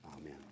amen